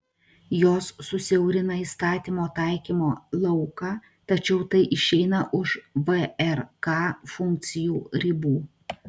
jos susiaurina įstatymo taikymo lauką tačiau tai išeina už vrk funkcijų ribų